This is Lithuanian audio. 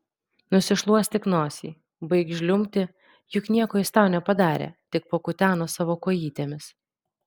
nusišluostyk nosį baik žliumbti juk nieko jis tau nepadarė tik pakuteno savo kojytėmis